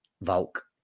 Volk